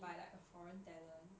by like a foreign talent